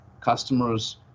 customers